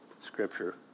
scripture